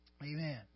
Amen